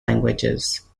languages